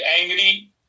angry